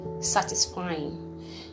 satisfying